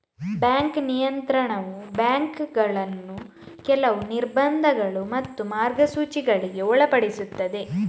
bank ನಿಯಂತ್ರಣವು ಬ್ಯಾಂಕುಗಳನ್ನ ಕೆಲವು ನಿರ್ಬಂಧಗಳು ಮತ್ತು ಮಾರ್ಗಸೂಚಿಗಳಿಗೆ ಒಳಪಡಿಸ್ತದೆ